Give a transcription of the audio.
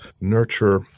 nurture